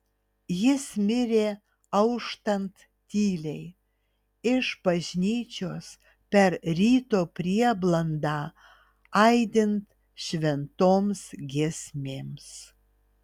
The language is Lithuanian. jis mirė auštant tyliai iš bažnyčios per ryto prieblandą aidint šventoms giesmėms